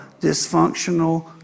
dysfunctional